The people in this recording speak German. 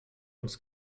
uns